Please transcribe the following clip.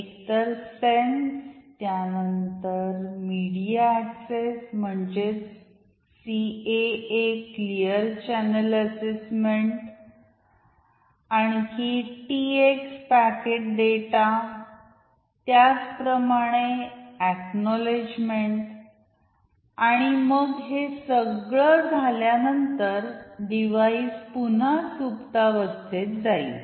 एकतर सेन्स त्यानंतर media access म्हणजेच CA A clear channel assessment Clear Channel Assessmentआणखी टी एक्स पॅकेट डेटा त्याचप्रमाणे एक्नॉलेजमेंट आणि मग हे सगळं झाल्यानंतर डिवाइस पुन्हा सुप्तावस्थेत जाईल